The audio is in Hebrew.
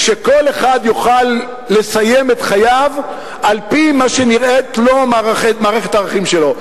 שכל אחד יוכל לסיים את חייו על-פי מה שנראית לו מערכת הערכים שלו.